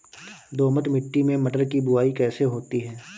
दोमट मिट्टी में मटर की बुवाई कैसे होती है?